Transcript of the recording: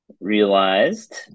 realized